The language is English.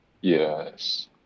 Yes